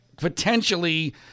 potentially